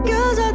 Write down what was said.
Cause